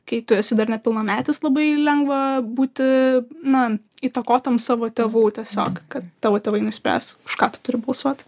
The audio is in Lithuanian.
kai tu esi dar nepilnametis labai lengva būti na įtakotam savo tėvų tiesiog kad tavo tėvai nuspręs už ką tu turi balsuot